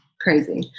crazy